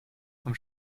zum